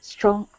Strong